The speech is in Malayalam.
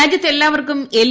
രാജ്യത്ത ് എല്ലാവർക്കും എൽ